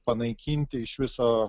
panaikinti iš viso